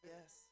Yes